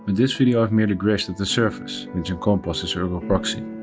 this video i've merely grazed at the surface which encompasses ergo proxy.